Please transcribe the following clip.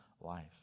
life